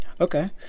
okay